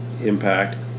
impact